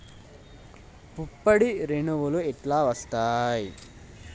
పుప్పొడి రేణువులు ఎట్లా వత్తయ్?